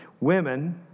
Women